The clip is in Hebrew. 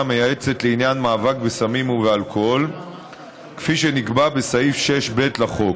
המייעצת לעניין מאבק בסמים ובאלכוהול כפי שנקבע בסעיף 6(ב) לחוק.